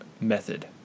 method